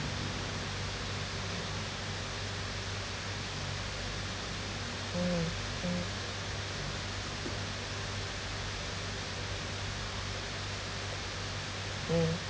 mm mm mm